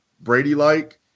Brady-like